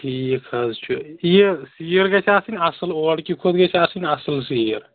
ٹھیٖک حظ چھُ یہِ سیٖر گَژھِ آسٕنۍ اَصٕل اورکہِ کھۄتہٕ گَژھِ آسٕنۍ اَصٕل سیٖر